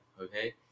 Okay